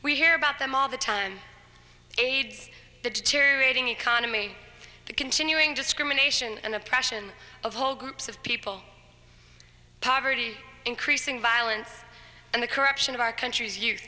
we hear about them all the time aids the deteriorating economy the continuing discrimination and oppression of whole groups of people poverty increasing violence and the corruption of our country's you